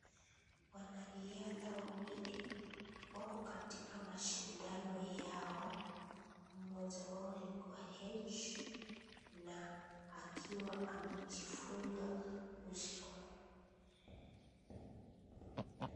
Wanariadha wawili wako katika mashindano yao. Mmoja wao ni Koech na akiwa amejifunga uso.